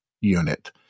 unit